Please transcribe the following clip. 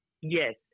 Yes